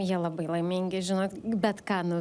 jie labai laimingi žinot bet ką nu